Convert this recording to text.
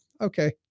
okay